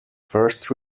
first